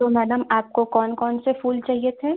तो मैडम आपको कौन कौन से फूल चाहिए थे